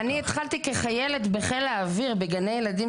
אני התחלתי כחיילת בחיל האוויר בגני ילדים